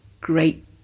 great